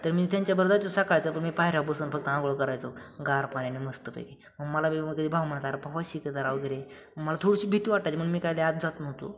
तर मी त्यांच्या बर जायचो सकाळचं पण मी पाहिऱ्याव बसून फक्त आंघोळ करायचो गार पाण्याने मस्तपैकी मग मला बी कधी भाऊ म्हणतात अरे पोहाय शिक जरा वगैरे मला थोडीशी भीती वाटयची म्हणून मी काय आत जात नव्हतो